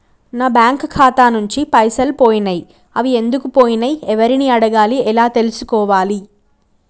నా బ్యాంకు ఖాతా నుంచి పైసలు పోయినయ్ అవి ఎందుకు పోయినయ్ ఎవరిని అడగాలి ఎలా తెలుసుకోవాలి?